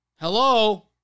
Hello